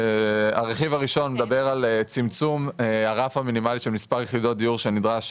הרכיב הראשון מדבר על צמצום הרף המינימלי של מספר יחידות דיור שנדרשות